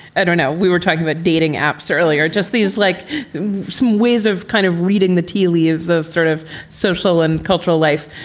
i don't know. we were talking about dating apps earlier. just these like some ways of kind of reading the tea leaves of sort of social and cultural life.